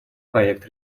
проект